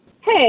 Hey